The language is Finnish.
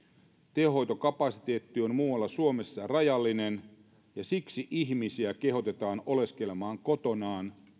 tehohoitokapasiteetti on muualla suomessa rajallinen ja siksi ihmisiä kehotetaan oleskelemaan kotonaan